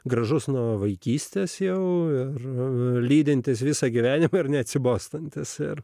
gražus nuo vaikystės jau ir lydintis visą gyvenimą ir neatsibostantis ir